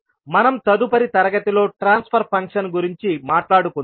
మనం తదుపరి తరగతిలో ట్రాన్స్ఫర్ ఫంక్షన్ గురించి మాట్లాడుకుందాం